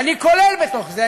ואני כולל בתוך זה,